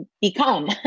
become